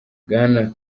bwana